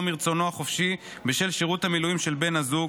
מרצונו החופשי בשל שירות המילואים של בן הזוג,